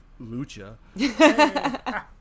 Lucha